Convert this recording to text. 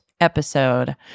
episode